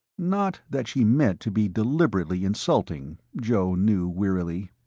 not that she meant to be deliberately insulting, joe knew, wearily.